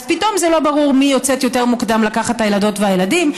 אז פתאום זה לא ברור מי יוצאת יותר מוקדם לקחת את הילדות והילדים,